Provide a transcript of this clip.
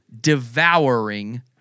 devouring